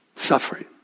Suffering